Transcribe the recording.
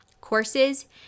courses